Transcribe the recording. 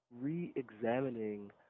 re-examining